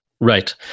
Right